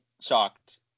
shocked